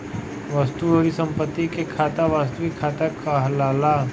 वस्तु अउरी संपत्ति के खाता वास्तविक खाता कहलाला